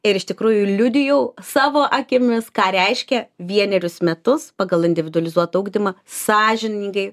ir iš tikrųjų liudijau savo akimis ką reiškia vienerius metus pagal individualizuotą ugdymą sąžiningai